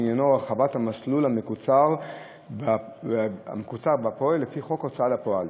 שעניינו הרחבת המסלול המקוצר הפועל לפי חוק ההוצאה לפועל,